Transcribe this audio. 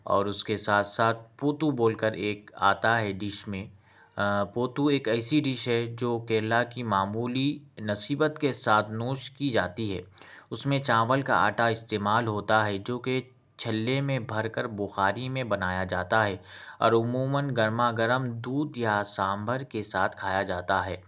اور اُس کے ساتھ ساتھ پوتو بول کر ایک آتا ہے ڈش میں پوتو ایک ایسی ڈش ہے جو کیرلہ کی معمولی نسیبت کے ساتھ نوش کی جاتی ہے اُس میں چاول کا آٹا استعمال ہوتا ہے جو کہ چھلنے میں بھر کر بخاری میں بنایا جاتا ہے اور عمومًا گرما گرم دودھ یا سانبر کے ساتھ کھایا جاتا ہے